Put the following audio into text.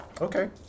Okay